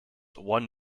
one